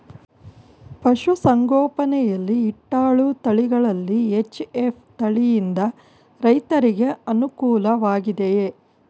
ಪಶು ಸಂಗೋಪನೆ ಯಲ್ಲಿ ಇಟ್ಟಳು ತಳಿಗಳಲ್ಲಿ ಎಚ್.ಎಫ್ ತಳಿ ಯಿಂದ ರೈತರಿಗೆ ಅನುಕೂಲ ವಾಗಿದೆಯೇ?